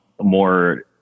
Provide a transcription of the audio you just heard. more